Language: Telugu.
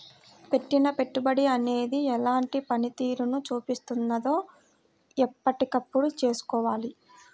పెట్టిన పెట్టుబడి అనేది ఎలాంటి పనితీరును చూపిస్తున్నదో ఎప్పటికప్పుడు తెల్సుకోవాలి